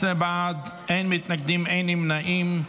17 בעד, אין מתנגדים ואין נמנעים.